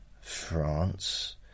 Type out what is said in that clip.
France